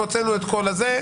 ואת כל זה,